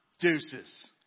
deuces